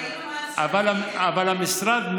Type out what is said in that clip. אבל המשרד,